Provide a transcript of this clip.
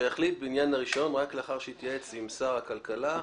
יחליט בעניין הרישיון רק לאחר שהתייעץ עם שר הכלכלה,